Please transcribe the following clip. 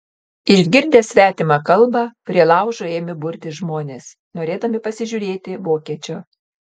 išgirdę svetimą kalbą prie laužo ėmė burtis žmonės norėdami pasižiūrėti vokiečio